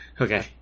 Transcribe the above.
okay